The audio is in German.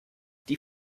die